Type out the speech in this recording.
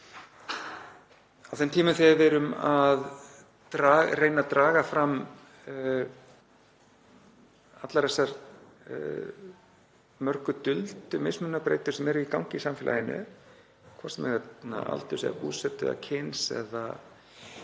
Á þeim tímum þegar við erum að reyna að draga fram allar þessar mörgu duldu mismunabreytur sem eru í gangi í samfélaginu, hvort sem er vegna aldurs eða búsetu eða kyns eða hvað